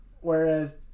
Whereas